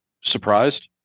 surprised